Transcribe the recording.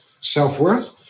self-worth